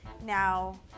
now